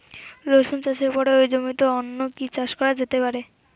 রসুন চাষের পরে ওই জমিতে অন্য কি চাষ করা যেতে পারে?